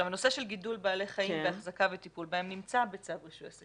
הנושא של גידול בעלי חיים והחזקה וטיפול בהם נמצא בצו רישוי עסקים.